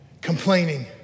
complaining